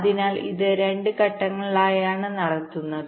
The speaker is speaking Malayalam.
അതിനാൽ ഇത് 2 ഘട്ടങ്ങളിലാണ് നടത്തുന്നത്